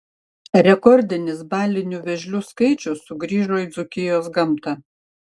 rekordinis balinių vėžlių skaičius sugrįžo į dzūkijos gamtą